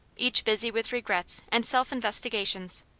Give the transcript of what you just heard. each busy with regrets and self investigations.